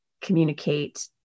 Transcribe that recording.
communicate